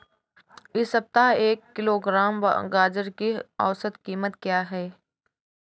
इस सप्ताह एक किलोग्राम गाजर की औसत कीमत क्या है?